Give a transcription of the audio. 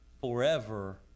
forever